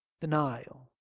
Denial